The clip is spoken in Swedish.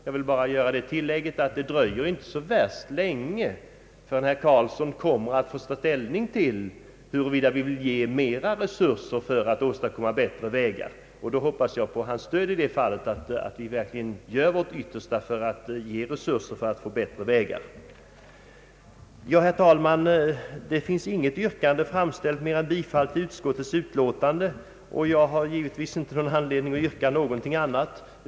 Jag vill bara tilllägga att det inte kommer att dröja så länge, förrän herr Karlsson får ta ställning till huruvida vi skall ge mera resurser för att åstadkomma bättre vägar. Jag hoppas på hans stöd i det fallet och att vi då verkligen gör vårt yttersta för att få bättre vägar. Herr talman! Det har inte framställts något annat yrkande än om bifall till utskottets hemställan, och jag har givetvis ingen anledning att yrka något annat.